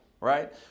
right